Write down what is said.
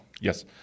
Yes